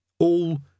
All